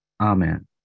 Amen